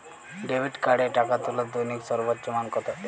Debit কার্ডে টাকা তোলার দৈনিক সর্বোচ্চ মান কতো?